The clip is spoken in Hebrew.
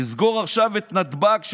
לסגור עכשיו את נתב"ג,